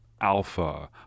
alpha